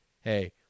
hey